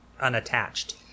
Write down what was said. unattached